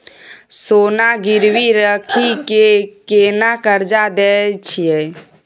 सोना गिरवी रखि के केना कर्जा दै छियै?